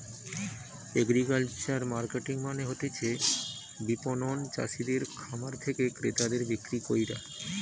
agricultural marketing মানে হতিছে বিপণন চাষিদের খামার থেকে ক্রেতাদের বিক্রি কইরা